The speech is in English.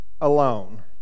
alone